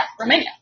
Romania